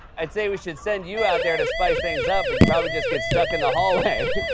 i'd say we should send you out there to spice things up, but you'd probably just get stuck in the hallway.